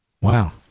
Wow